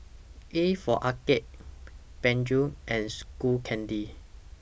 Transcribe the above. A For Arcade Peugeot and Skull Candy